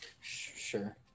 sure